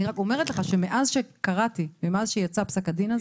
אני רק אומרת לך שמאז שקראת ומאז שיצא פסק הדין הזה,